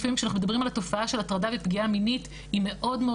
לפעמים שאנחנו מדברים על התופעה של הטרדה ופגיעה מינית היא מאוד מאוד